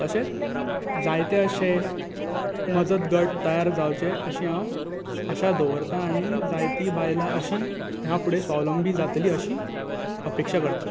तशेंच जायत्या अशे मजत गट तयार जावचे अशी हांव आशा दवरतां आनी जायतीं बायलां अशीं ह्या फुडें स्वावलंबी जातलीं अशीं अपेक्षा करतां